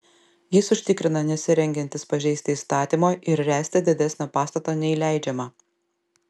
jis užtikrina nesirengiantis pažeisti įstatymo ir ręsti didesnio pastato nei leidžiama